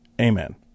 amen